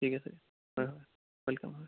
ঠিক আছে হয় হয় ৱেলকাম হয়